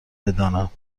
بدانم